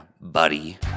buddy